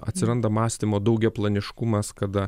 atsiranda mąstymo daugiaplaniškumas kada